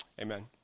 Amen